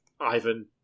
Ivan